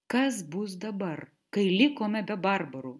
kas bus dabar kai likome be barbarų